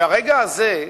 והרגע הזה,